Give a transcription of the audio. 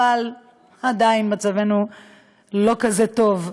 אבל עדיין מצבנו לא כזה טוב.